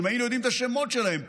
אם היינו יודעים את השמות שלהם פה,